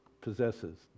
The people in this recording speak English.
possesses